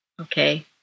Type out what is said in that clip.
okay